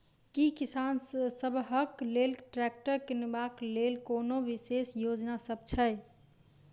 की किसान सबहक लेल ट्रैक्टर किनबाक लेल कोनो विशेष योजना सब छै?